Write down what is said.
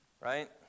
Right